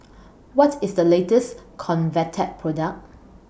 What IS The latest Convatec Product